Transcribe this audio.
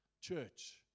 church